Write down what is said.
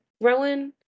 Rowan